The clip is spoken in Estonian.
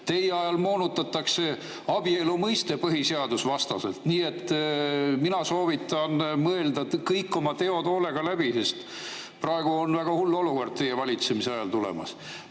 teie ajal moonutatakse abielu mõistet põhiseadusvastaselt. Nii et mina soovitan mõelda kõik oma teod hoolega läbi, sest praegu on väga hull olukord teie valitsemisajal tulemas,